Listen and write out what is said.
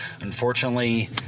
unfortunately